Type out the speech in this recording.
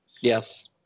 Yes